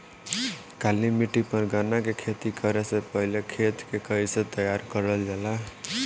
काली मिट्टी पर गन्ना के खेती करे से पहले खेत के कइसे तैयार करल जाला?